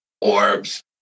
orbs